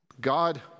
God